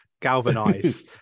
Galvanize